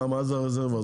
מה זה רזרבה?